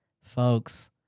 folks